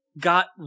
got